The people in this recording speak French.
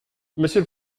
monsieur